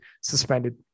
suspended